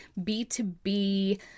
B2B